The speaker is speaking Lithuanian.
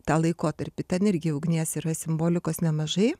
tą laikotarpį ta energija ugnies yra simbolikos nemažai